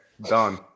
Done